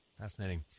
Fascinating